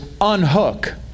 unhook